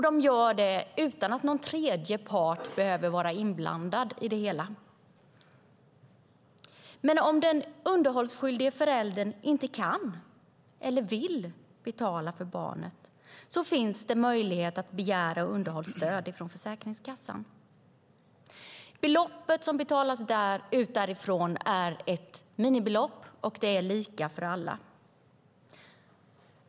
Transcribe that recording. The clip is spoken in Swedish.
De gör det utan att någon tredje part behöver vara inblandad i det hela. Om den underhållsskyldiga föräldern inte kan eller vill betala för barnet finns det möjlighet att begära underhållsstöd från Försäkringskassan. Beloppet som betalas ut är ett minimibelopp, och det är lika för alla.